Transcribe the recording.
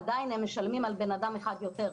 עדיין הם משלמים על בן אדם אחד יותר.